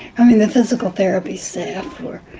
i mean the physical therapy staff were